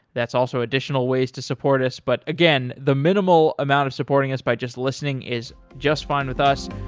that's also additional ways to support us. but again, the minimal amount of supporting us by just listening is just fine with us.